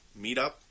meetup